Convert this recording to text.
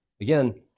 Again